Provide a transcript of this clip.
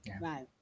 Right